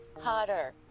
hotter